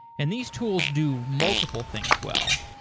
and these tools do multiple things well.